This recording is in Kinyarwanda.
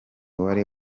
wari